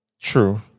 True